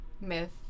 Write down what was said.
myth